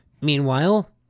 Meanwhile